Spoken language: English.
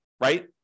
right